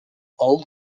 old